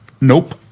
Nope